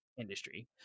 industry